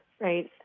Right